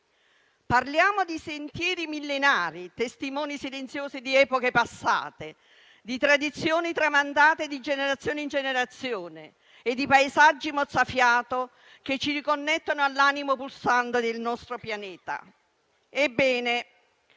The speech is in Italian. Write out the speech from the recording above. Parliamo di sentieri millenari, testimoni silenziosi di epoche passate, di tradizioni tramandate di generazione in generazione e di paesaggi mozzafiato che ci riconnettono all'animo pulsante del nostro pianeta.